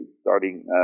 starting